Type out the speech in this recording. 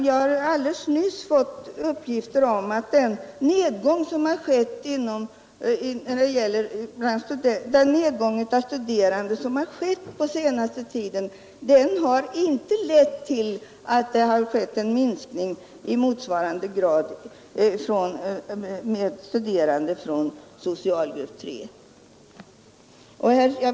Jag har alldeles nyss fått uppgifter som visar att den nedgång i antalet studerande som har skett på den senaste tiden inte har motsvarats av en minskning av antalet studerande från socialgrupp 3.